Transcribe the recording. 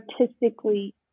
artistically